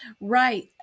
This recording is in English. Right